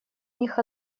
них